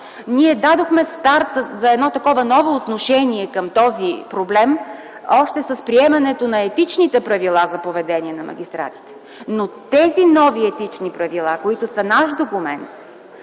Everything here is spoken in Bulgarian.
Ние дадохме старт за ново отношение към този проблем още с приемането на Етичните правила за поведение на магистратите. Тези нови етични правила, които са наш документ,